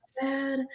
bad